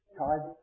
time